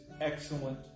excellent